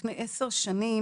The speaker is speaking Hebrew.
לפני 10 שנים,